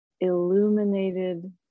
illuminated